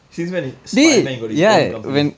since when he spiderman got his own company